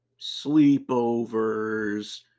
sleepovers